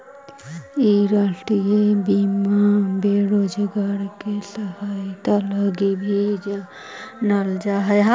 इ राष्ट्रीय बीमा बेरोजगार के सहायता लगी भी जानल जा हई